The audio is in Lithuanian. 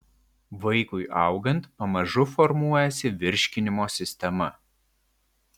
vaikui augant pamažu formuojasi virškinimo sistema